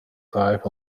type